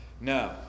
no